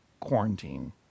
quarantine